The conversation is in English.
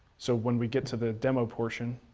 so when we get to the demo portion.